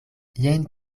jen